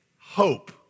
hope